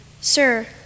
Sir